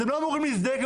אתם לא אמורים להזדעק,